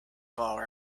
bar